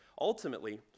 ultimately